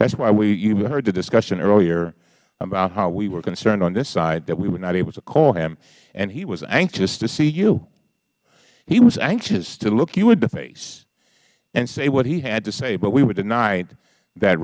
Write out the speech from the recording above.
that's why we you heard the discussion earlier about how we were concerned on this side that we were not able to call him and he was anxious to see you he was anxious to look you in the face and say what he had to say but we were denied that